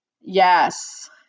Yes